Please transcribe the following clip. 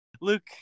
Luke